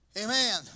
Amen